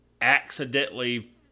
accidentally